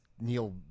Neil